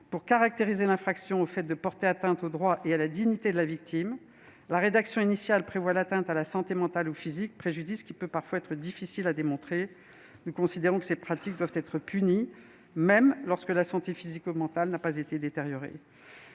pour caractériser l'infraction au fait de porter atteinte aux droits et à la dignité de la victime. La rédaction initiale prévoit l'atteinte à la santé mentale ou physique, préjudice qui peut être parfois difficile à démontrer. Nous considérons que ces pratiques doivent être punies, même lorsque la santé physique ou mentale n'a pas été détériorée.